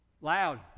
Loud